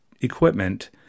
equipment